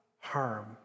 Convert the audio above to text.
harm